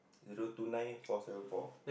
zero two nine four seven four